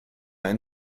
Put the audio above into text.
ein